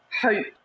hope